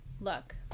look